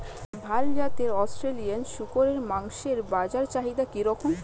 ভাল জাতের অস্ট্রেলিয়ান শূকরের মাংসের বাজার চাহিদা কি রকম?